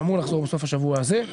אמור לחזור בסוף השבוע הזה.